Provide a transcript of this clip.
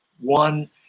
one